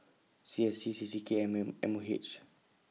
C S C C C K and M M O H